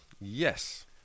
Yes